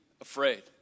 afraid